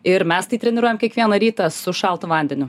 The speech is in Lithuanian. ir mes tai treniruojam kiekvieną rytą su šaltu vandeniu